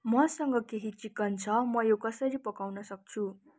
मसँग केही चिकन छ म यो कसरी पकाउन सक्छु